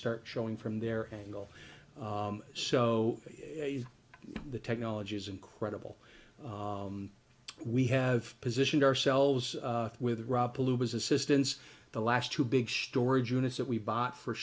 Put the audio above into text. start showing from their angle so the technology is incredible we have positioned ourselves with raw palookas assistance the last two big storage units that we bought for